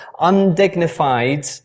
undignified